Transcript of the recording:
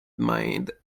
mind